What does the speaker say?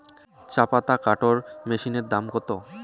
চাপাতা কাটর মেশিনের দাম কত?